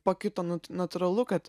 pakito natūralu kad